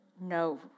no